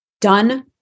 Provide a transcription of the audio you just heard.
done